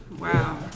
wow